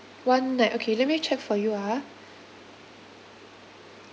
one night okay let me check for you ah